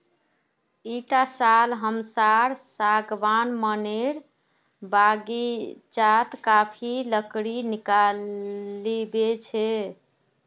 इटा साल हमसार सागवान मनेर बगीचात काफी लकड़ी निकलिबे छे